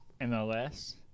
MLS